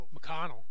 McConnell